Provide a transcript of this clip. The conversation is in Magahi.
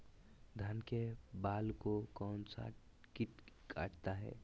धान के बाल को कौन सा किट काटता है?